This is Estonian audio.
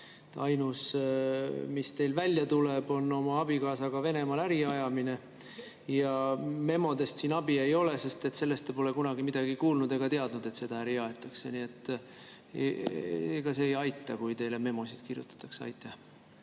Ainus, mis teil välja tuleb, on oma abikaasaga Venemaal äri ajamine. Memodest siin abi ei ole, sest te pole kunagi midagi kuulnud ega teadnud sellest, et seda äri aetakse. Nii et ega see ei aita, kui teile memosid kirjutatakse. Mul